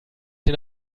den